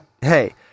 hey